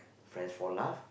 friends for laugh